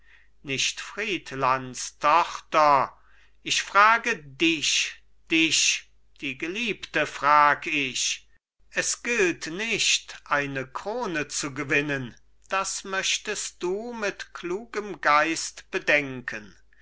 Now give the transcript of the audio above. nicht friedlands tochter ich frage dich dich die geliebte frag ich es gilt nicht eine krone zu gewinnen das möchtest du mit klugem geist bedenken